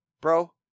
Bro